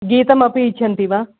गीतमपि इच्छन्ति वा